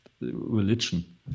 religion